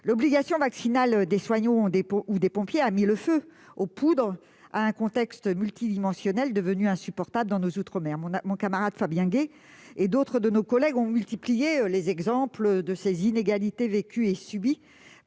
L'obligation vaccinale des soignants et des pompiers a mis le feu aux poudres dans un contexte multidimensionnel devenu insupportable pour nos outre-mer. Mon camarade Fabien Gay et d'autres collègues ont multiplié les exemples de ces inégalités vécues et subies